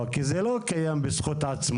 לא, כי זה לא קיים בזכות עצמו.